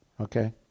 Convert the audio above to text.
Okay